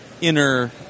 inner